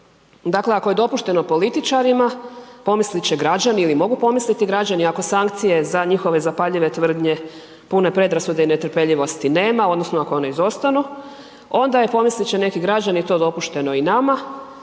Dakle, ako je dopušteno političarima, pomislit će građani ili mogu pomisliti građani, ako sankcije za njihove zapaljive tvrdnje pune predrasude ili netrpeljivosti, nema odnosno ako one izostanu, onda je pomislit će neki građani, to dopušteno i nama